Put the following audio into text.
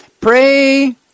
Pray